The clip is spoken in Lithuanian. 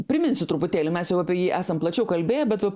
priminsiu truputėlį mes jau apie jį esam plačiau kalbėję bet